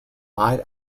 live